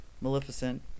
Maleficent